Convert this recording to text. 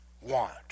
want